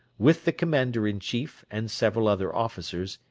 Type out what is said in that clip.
with the commander-in-chief, and several other officers,